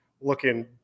looking